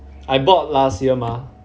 I bought last year mah